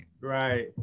right